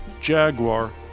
Jaguar